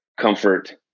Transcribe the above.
Comfort